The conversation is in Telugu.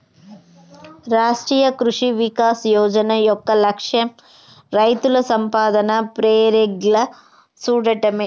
రాష్ట్రీయ కృషి వికాస్ యోజన యొక్క లక్ష్యం రైతుల సంపాదన పెర్గేలా సూడటమే